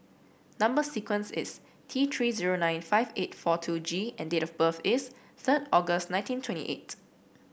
number sequence is T Three zero nine five eight four two G and date of birth is third August nineteen twenty eight